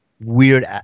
weird